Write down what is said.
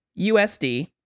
USD